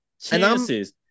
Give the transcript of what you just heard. chances